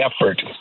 effort